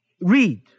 read